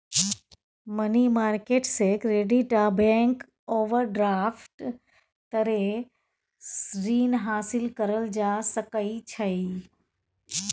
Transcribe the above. money market से credit आ bank overdraft तरे रीन हासिल करल जा सकइ छइ